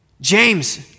James